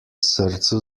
srcu